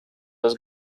dos